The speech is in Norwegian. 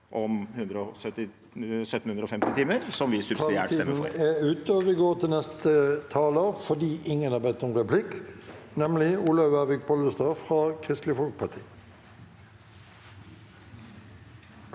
om 1 750 timer, som vi subsidiært stemmer for.